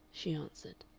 she answered.